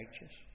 righteous